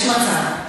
יש מצב.